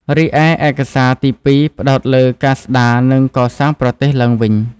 រីឯឯកសារទីពីរផ្តោតលើការស្តារ និងកសាងប្រទេសឡើងវិញ។